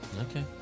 Okay